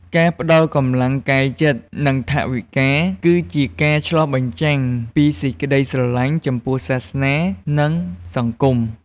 ការផ្ដល់កម្លាំងកាយចិត្ត និងថវិកា គឺជាការឆ្លុះបញ្ចាំងពីសេចក្តីស្រឡាញ់ចំពោះសាសនា និងសង្គម។